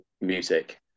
music